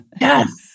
Yes